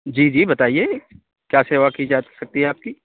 جی جی بتائیے کیا سیوا کی جا سکتی ہے آپ کی